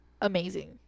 Amazing